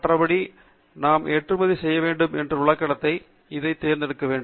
மற்ற படி இரண்டையும் நாம் ஏற்றுமதி செய்ய வேண்டும் என்று உள்ளடக்கத்தை என்ன தேர்ந்தெடுக்க வேண்டும்